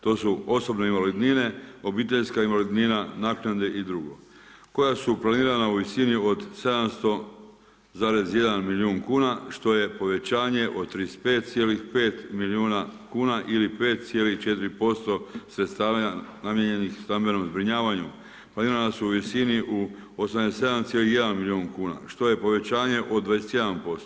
To su osobne invalidnine, obiteljska invalidnina, naknade i drugo koja su planirana u visini od 700,1 milijun kuna što je povećanje od 35,5 milijuna kuna ili 5,4% sredstava namijenjenih stambenom zbrinjavanju planirana su u visini u 87,1 milijun kuna što je povećanje od 21%